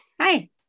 Hi